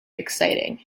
exciting